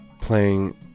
playing